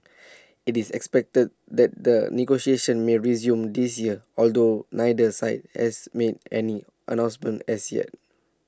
IT is expected that the negotiations may resume this year although neither side has made any announcements as yet